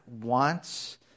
wants